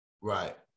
Right